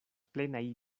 plenaj